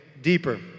deeper